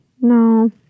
no